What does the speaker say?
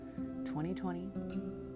2020